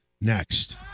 next